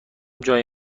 جای